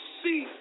see